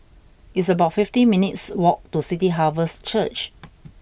it's about fifty minutes' walk to City Harvest Church